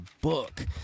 book